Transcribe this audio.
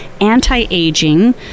anti-aging